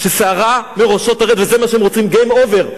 ששערה מראשו תרד, וזה מה שהם רוצים, game over .